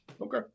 Okay